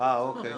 אוקיי.